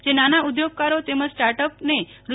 જે નાના ઊદ્યોગકારો તેમજ સ્ટાર્ટઅપ ને રૂ